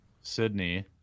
Sydney